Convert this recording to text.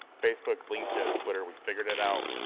facebook, linkedin, twitter, we figured it out.